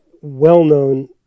well-known